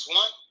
one